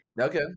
Okay